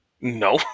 No